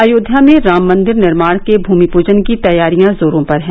अयोध्या में राम मंदिर निर्माण के भूमि पूजन की तैयारियां जोरों पर है